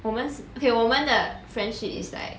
我们是 okay 我们的 friendship is like